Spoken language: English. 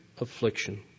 affliction